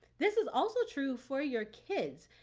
this is also true for your kids.